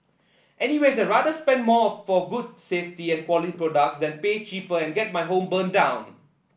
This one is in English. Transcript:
anyway I'd rather spend more for good safety and quality products than pay cheaper and get my home burnt down